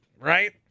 Right